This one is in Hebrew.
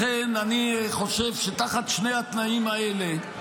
לכן אני חושב שתחת שני התנאים האלה,